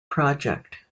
project